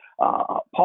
Paul